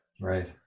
Right